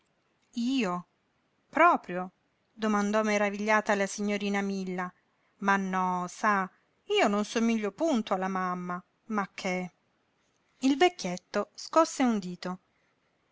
io proprio domandò meravigliata la signorina milla ma no sa io non somiglio punto alla mamma ma che il vecchietto scosse un dito